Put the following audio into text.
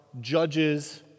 judges